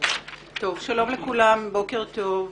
שלום לכולם, בוקר טוב.